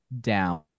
down